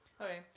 Okay